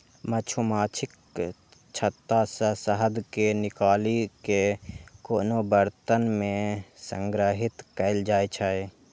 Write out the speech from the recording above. मछुमाछीक छत्ता सं शहद कें निकालि कें कोनो बरतन मे संग्रहीत कैल जाइ छै